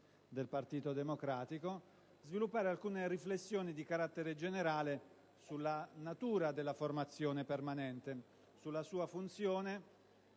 del Partito Democratico, vorrei sviluppare alcune riflessioni di carattere generale sulla natura della formazione permanente e sulla sua funzione,